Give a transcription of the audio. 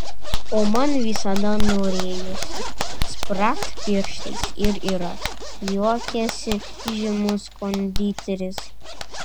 o man visada norėjosi spragt pirštais ir yra juokiasi žymus konditeris